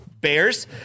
Bears